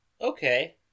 Okay